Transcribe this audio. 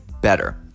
better